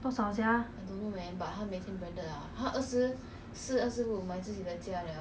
多少 sia